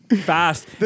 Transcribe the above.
fast